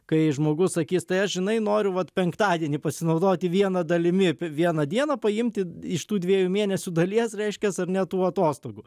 kai žmogus sakys tai aš žinai noriu vat penktadienį pasinaudoti viena dalimi vieną dieną paimti iš tų dviejų mėnesių dalies reiškias ar ne tų atostogų